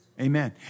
Amen